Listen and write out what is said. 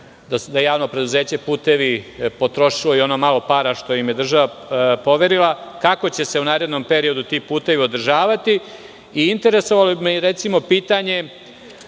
"Putevi Srbije" je potrošilo i ono malo para što im je država poverila, kako će se u narednom periodu ti putevi održavati. Interesovalo bi me i pitanje